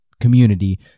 community